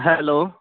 hello